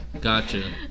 Gotcha